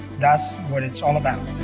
that's what it's all about.